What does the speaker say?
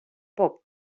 pop